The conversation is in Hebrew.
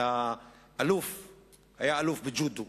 אלא היה אלוף בג'ודו.